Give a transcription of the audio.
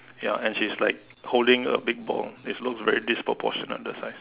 ya and she is like holding a big ball it looks very disproportionate the size